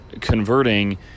converting